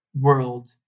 world